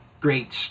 great